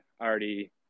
already